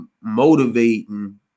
motivating